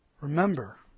Remember